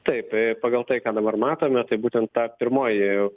taip pagal tai ką dabar matome tai būtent ta pirmoji